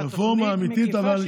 תוכנית מקיפה,